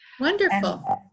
wonderful